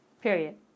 period